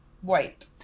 white